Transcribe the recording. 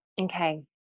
okay